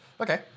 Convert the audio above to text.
Okay